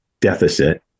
deficit